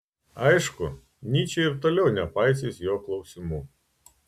aišku nyčė ir toliau nepaisys jo klausimų